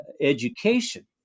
education